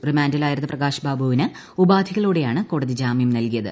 റിമാന്റിലായിരുന്ന പ്രകാശ്ബാബുവിന് ഉപാധികളോടെയാണ് കോടതി ജാമ്യം നല്കിയത്